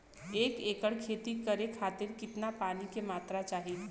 एक एकड़ खेती करे खातिर कितना पानी के मात्रा चाही?